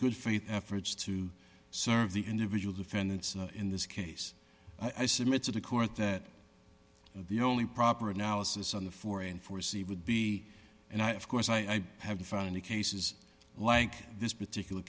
good faith efforts to serve the individual defendants in this case i submit to the court that the only proper analysis on the for in foresee would be and i of course i haven't found any cases like this particular